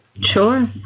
Sure